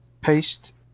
paste